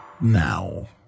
now